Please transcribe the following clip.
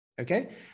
Okay